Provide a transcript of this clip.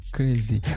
Crazy